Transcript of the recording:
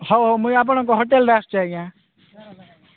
ହଉ ହଉ ମୁଁ ଆପଣଙ୍କ ହୋଟେଲରେ ଆସିଛି ଆଜ୍ଞା